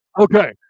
Okay